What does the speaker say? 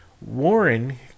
Warren